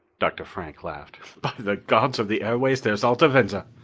dr. frank laughed. by the gods of the airways, there's alta venza!